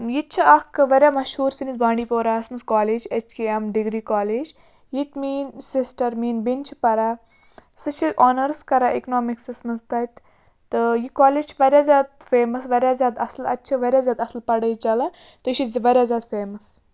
ییٚتہِ چھِ اَکھ واریاہ مَشہوٗر سٲنِس بانڈی پوراہَس منٛز college H K M degree college ییٚتہِ میٛانۍ سِسٹَر میٛانۍ بیٚنہِ چھِ پَران سُہ چھِ آنٲرٕس کَران اِکنامِکسَس منٛز تَتہِ تہٕ یہِ کالیج چھِ واریاہ زیادٕ فیمَس واریاہ زیادٕ اَصٕل اَتہِ چھِ واریاہ زیادٕ اَصٕل پَڑٲے چَلان تہٕ یہِ چھُ زِ واریاہ زیادٕ فیمَس